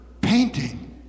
painting